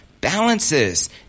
balances